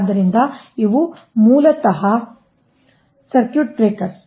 ಆದ್ದರಿಂದ ಇವು ಮೂಲತಃ ಸರ್ಕ್ಯೂಟ್ ಬ್ರೇಕರ್ಗಳು